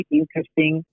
interesting